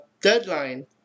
deadline